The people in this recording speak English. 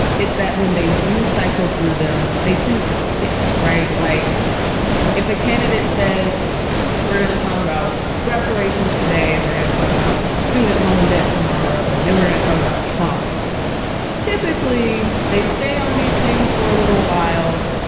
is that when they do cycle through them, they tend to stick. right like if a candidate says we're going to talk about reparations today and we're going to talk about student loan debt tomorrow and then we're going to talk about trump typically, they stay on these things for a little while.